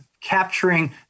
capturing